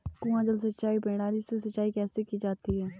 कुआँ जल सिंचाई प्रणाली से सिंचाई कैसे की जाती है?